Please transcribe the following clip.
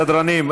סדרנים.